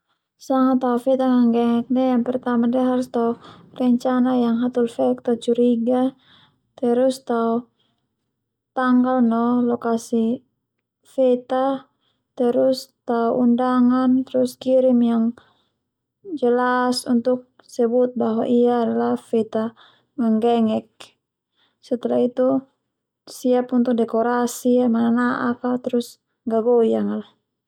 Sanga tao feta ngangegek ndia yang pertama ndia harus tao rencana yang hatoli fe'ek ta curiga terus tao tanggal no lokasi feta terus tao undangan terus kirim yang jelas untuk sebut bahwa ia adalah feta ngangegek setelah itu siap untuk dekorasi nana'ak ma gagoyang al.